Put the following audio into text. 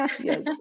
Yes